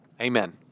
Amen